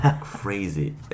crazy